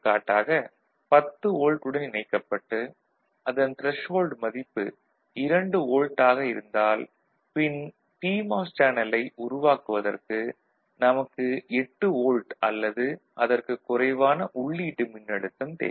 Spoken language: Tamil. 10 வோல்ட்டுடன் இணைக்கப்பட்டு அதன் த்ரெஷ்ஹோல்டு மதிப்பு 2 வோல்ட் ஆக இருந்தால் பின் பிமாஸ் சேனலை உருவாக்குவதற்கு நமக்கு 8 வோல்ட் அல்லது அதற்குக் குறைவான உள்ளீட்டு மின்னழுத்தம் தேவை